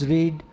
Read